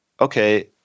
okay